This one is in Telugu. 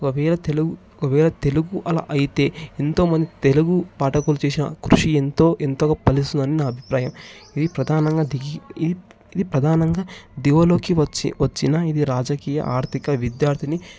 ఒకవేళ తెలుగు ఒకవేళ తెలుగు అలా అయితే ఎంతోమంది తెలుగు పాఠకులు చేసిన కృషి ఎంతో ఎంతగా ఫలిస్తుందని నా అభిప్రాయం ఇవి ప్రధానంగా ఈ ఇది ప్రధానంగా దివిలోకి వచ్చి వచ్చిన ఇది రాజకీయ ఆర్దిక విద్యార్దిని